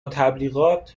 تبلیغات